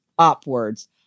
upwards